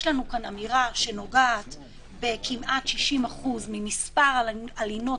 יש לנו כאן אמירה שנוגעת בכמעט 60% ממספר הלינות